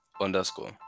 underscore